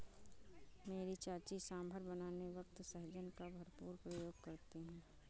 मेरी चाची सांभर बनाने वक्त सहजन का भरपूर प्रयोग करती है